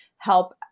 help